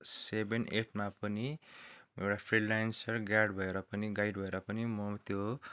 seven एटमा पनि एउटा फ्रिलेन्सर गाड भएर पनि गाइड भएर पनि म त्यो